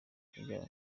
kubyara